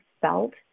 felt